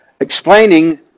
explaining